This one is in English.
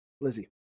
Lizzie